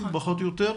פחות או יותר,